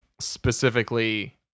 Specifically